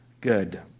good